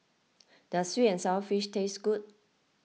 does Sweet and Sour Fish taste good